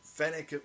Fennec